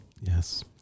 Yes